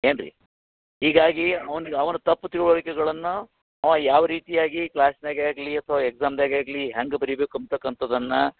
ಏನು ರೀ ಹೀಗಾಗಿ ಅವ್ನ್ಗೆ ಅವ್ನ ತಪ್ಪು ತಿಳುವಳಿಕೆಗಳನ್ನು ಅವ ಯಾವ ರೀತಿಯಾಗಿ ಕ್ಲಾಸಿನಾಗೇ ಆಗಲೀ ಅಥವಾ ಎಕ್ಸಾಮಿನಾಗೇ ಆಗಲೀ ಹೆಂಗೆ ಬರಿಬೇಕು ಅಂತಕ್ಕಂಥದ್ದನ್ನು